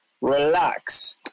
relax